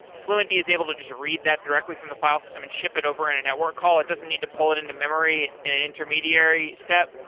fluentd is able to just read that directly from the file system and ship it over in a network call? it doesn't need to pull it into memory in an intermediary step?